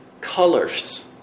colors